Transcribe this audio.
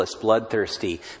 bloodthirsty